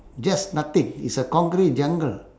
just nothing it's a concrete jungle